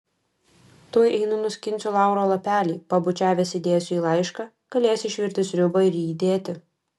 tuoj einu nuskinsiu lauro lapelį pabučiavęs įdėsiu į laišką galėsi išvirti sriubą ir jį įdėti